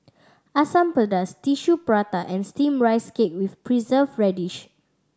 Asam Pedas Tissue Prata and Steamed Rice Cake with preserve radish